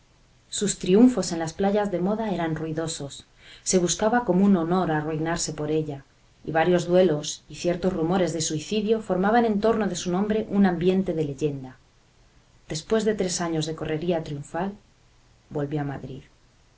sus triunfos en las playas de moda eran ruidosos se buscaba como un honor arruinarse por ella y varios duelos y ciertos rumores de suicidio formaban en torno de su nombre un ambiente de leyenda después de tres años de correría triunfal volvió a madrid